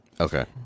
Okay